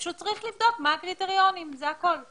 פשוט צריך לבדוק מה הקריטריונים, זה הכול.